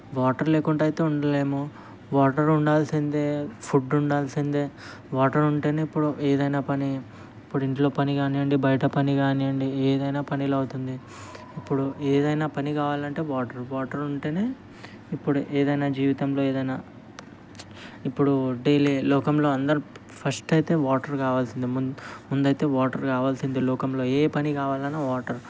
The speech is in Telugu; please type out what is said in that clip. వాటర్ లేకుండా అయితే ఉండలేము వాటర్ ఉండాల్సిందే ఫుడ్ ఉండాల్సిందే వాటర్ ఉంటేనే ఇప్పుడు ఏదైనా పని ఇప్పుడు ఇంట్లో పని కానివ్వండి బయట పని కానివ్వండి ఏదైనా పనిలో అవుతుంది ఇప్పుడు ఏదైనా పని కావాలంటే వాటర్ వాటర్ ఉంటేనే ఇప్పుడు ఏదైనా జీవితంలో ఏదైనా ఇప్పుడు డైలీ లోకంలో అందరు ఫస్ట్ అయితే వాటర్ కావాల్సిందే ముందైతే వాటర్ కావాల్సిందే లోకంలో ఏ పని కావాలన్నా వాటర్